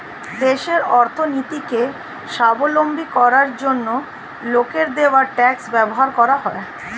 দেশের অর্থনীতিকে স্বাবলম্বী করার জন্য লোকের দেওয়া ট্যাক্স ব্যবহার করা হয়